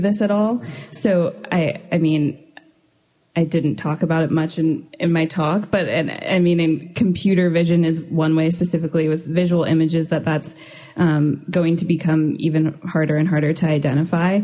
this at all so i i mean i didn't talk about it much and in my talk but and meaning computer vision is one way specifically with visual images that that's going to become even harder and harder to identify